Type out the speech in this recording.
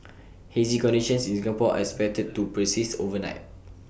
hazy conditions in Singapore are expected to persist overnight